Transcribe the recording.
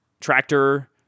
tractor